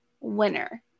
winner